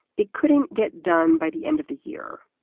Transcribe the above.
it couldn't get done by the end of the year,